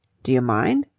do you mind?